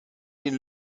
den